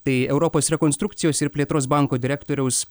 tai europos rekonstrukcijos ir plėtros banko direktoriaus